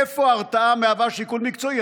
איפה ההרתעה מהווה שיקול מקצועי?